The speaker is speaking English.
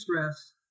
stress